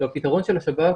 עכשיו, הפתרון של השב"כ,